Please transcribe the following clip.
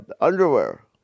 underwear